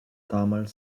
damals